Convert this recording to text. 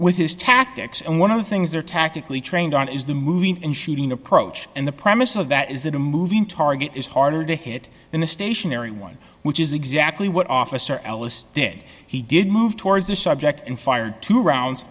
with his tactics and one of the things they're tactically trained on is the moving and shooting approach and the premise of that is that a moving target is harder to hit than a stationary one which is exactly what officer ellis big he did move towards the subject and fired two rounds